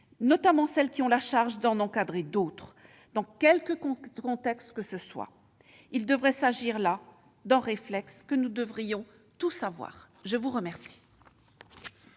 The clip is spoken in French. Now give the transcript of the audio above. notamment celles qui ont la charge d'en encadrer d'autres, dans quelque contexte que ce soit. Il devrait s'agir là d'un réflexe que nous devrions tous avoir. La parole